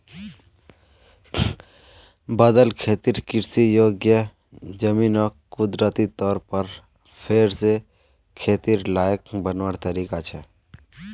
बदल खेतिर कृषि योग्य ज़मीनोक कुदरती तौर पर फेर से खेतिर लायक बनवार तरीका छे